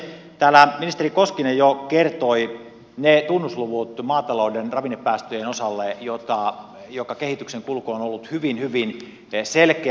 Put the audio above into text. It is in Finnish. täällä ministeri koskinen jo kertoi ne tunnusluvut maatalouden ravinnepäästöjen osalle joiden kehityksen kulku on ollut hyvin hyvin selkeä